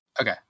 Okay